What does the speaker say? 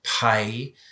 pay